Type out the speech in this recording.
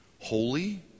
holy